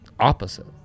opposite